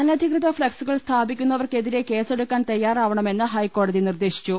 അനധികൃത ഫ്ളക്സുകൾ സ്ഥാപിക്കുന്നവർക്കെതിരെ കേസെടുക്കാൻ തയാ റാവണമെന്ന് ഹൈക്കോടതി നിർദേശിച്ചു